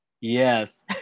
yes